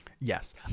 Yes